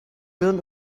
birnen